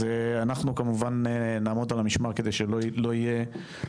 אנחנו כמובן נעמוד על המשמר כדי שלא